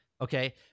okay